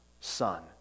son